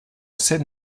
seine